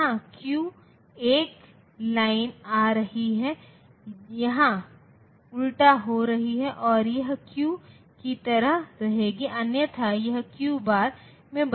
दूसरी ओर सीएमओएस के लिए और यहां टीटीएल परिवार का डीसीDC आपूर्ति वोल्टेज 5 वोल्ट है